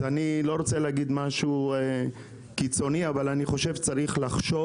אז אני לא רוצה להגיד משהו קיצוני אבל אני חושב שצריך לחשוב